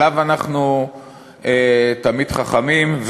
עליו אנחנו תמיד חכמים,